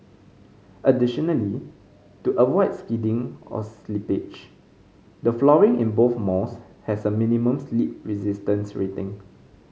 additionally to avoid skidding or slippage the flooring in both malls has a minimum slip resistance rating